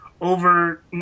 over